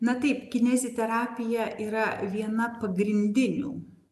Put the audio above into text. na taip kineziterapija yra viena pagrindinių